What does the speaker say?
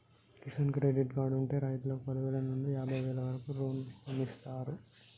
Kisan credit card ఉంటె రైతుకు పదివేల నుండి యాభై వేల వరకు రుణమిస్తారు